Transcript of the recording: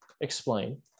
explain